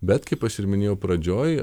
bet kaip aš ir minėjau pradžioj